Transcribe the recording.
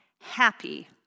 happy